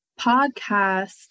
podcast